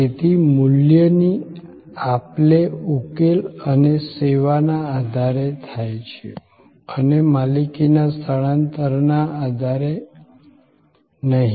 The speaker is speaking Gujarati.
તેથી મૂલ્યની આપ લે ઉકેલ અને સેવાના આધારે થાય છે અને માલિકીના સ્થાનાંતરણના આધારે નહીં